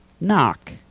knock